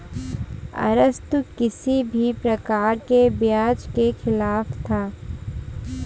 अरस्तु किसी भी प्रकार के ब्याज के खिलाफ था